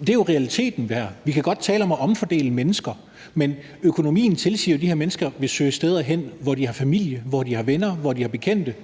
Det er jo realiteten. Vi kan godt tale om at omfordele mennesker, men økonomien tilsiger jo de her mennesker at søge steder hen, hvor de har familie, venner og bekendte.